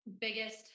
biggest